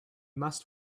must